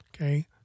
Okay